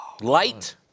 Light